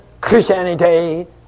Christianity